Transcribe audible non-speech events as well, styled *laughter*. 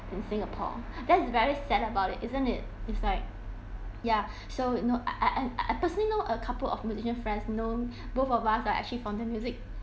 in singapore *breath* that's very sad about it isn't it it's like yeah *breath* so you know I I I I I personally know a couple of musician friends know *breath* both of us are actually from the music